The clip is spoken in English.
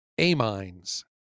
amines